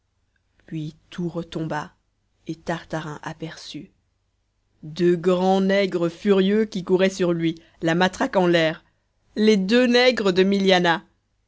puis tout retomba et tartarin aperçut deux grands nègres furieux qui couraient sur lui la matraque en l'air les deux nègres de milianah